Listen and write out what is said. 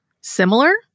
similar